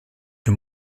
dem